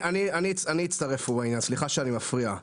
אני אצטרף, סליחה שאני מפריע.